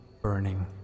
Burning